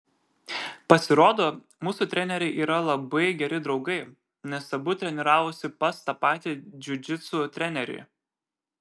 pasirodo mūsų treneriai yra labai geri draugai nes abu treniravosi pas tą patį džiudžitsu trenerį